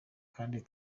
kandi